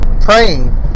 praying